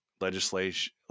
legislation